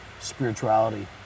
spirituality